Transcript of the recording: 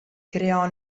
creò